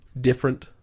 different